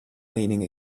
leaning